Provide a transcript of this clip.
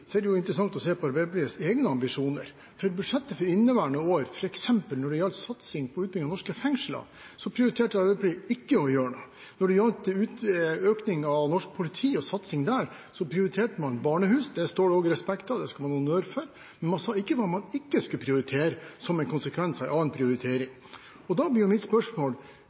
så det skal man kanskje være forsiktig med å konkludere på allerede. Jeg opplever også at representanten er opptatt av manglende framdrift når det gjelder beredskapssenter. Det står det respekt av, og det skal Arbeiderpartiet ha honnør for å skyve videre på. Samtidig er det interessant å se på Arbeiderpartiets egne ambisjoner, for i budsjettet for inneværende år, f.eks. når det gjaldt satsing på utbygging av norske fengsler, prioriterte Arbeiderpartiet ikke å gjøre noe. Når det gjaldt økning av norsk politi og satsing der, prioriterte man barnehus – det står det